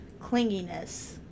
clinginess